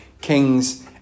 Kings